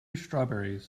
strawberries